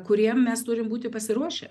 kuriem mes turim būti pasiruošę